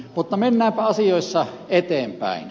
mutta mennäänpä asioissa eteenpäin